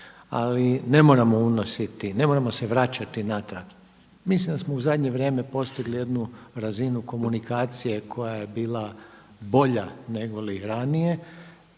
ali ne moramo unositi, ne moramo se vraćati natrag. Mislim da smo u zadnje vrijeme postigli jednu razinu komunikacije koja je bila bolja nego li ranije,